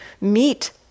meet